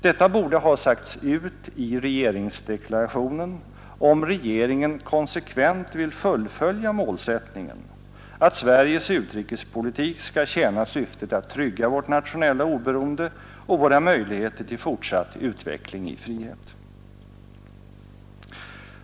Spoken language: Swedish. Detta borde ha sagts ut i regeringsdeklarationen, om regeringen konsekvent vill fullfölja målsättningen att Sveriges utrikespolitik skall tjäna syftet att trygga vårt nationella oberoende och våra möjligheter till fortsatt utveckling i frihet.